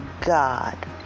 God